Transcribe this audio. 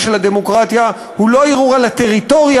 של הדמוקרטיה הוא לא ערעור על הטריטוריה,